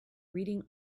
reading